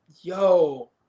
yo